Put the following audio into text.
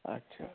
ਅੱਛਾ